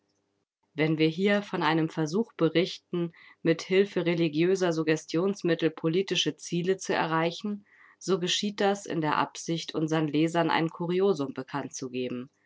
wenn wir hier von einem versuch berichten mit hilfe religiöser suggestionsmittel politische ziele zu erreichen so geschieht das in der absicht unsern lesern ein kuriosum bekannt zu geben